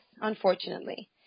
unfortunately